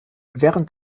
während